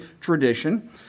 tradition